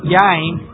game